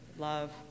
love